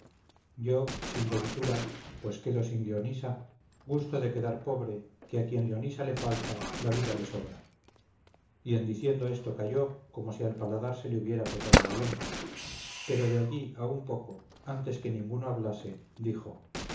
yo sin ventura pues quedo sin leonisa gusto de quedar pobre que a quien leonisa le falta la vida le sobra y en diciendo esto calló como si al paladar se le hubiera pegado la lengua pero desde allí a un poco antes que ninguno hablase dijo